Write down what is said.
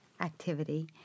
activity